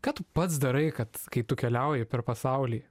ką tu pats darai kad kai tu keliauji per pasaulį